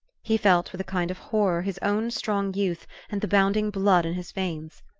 he felt, with a kind of horror, his own strong youth and the bounding blood in his veins.